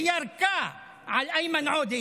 וירקה על איימן עודה,